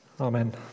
amen